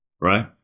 right